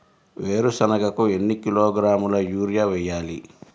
వేరుశనగకు ఎన్ని కిలోగ్రాముల యూరియా వేయాలి?